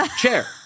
chair